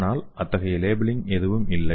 ஆனால் அத்தகைய லேபிளிங் எதுவும் இல்லை